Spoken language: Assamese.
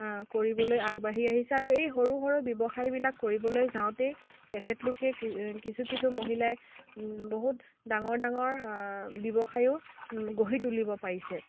কৰিবলৈ আগবাঢ়ি আহিছে আৰু এই সৰু সৰু ব্যৱসায়বিলাক কৰিবলৈ যাওঁতেই তেখেতলোকে কিছু কিছু মহিলাই বহুত ডাঙৰ ডাঙৰ ব্যৱসায়ো গঢ়ি তুলিব পাৰিছে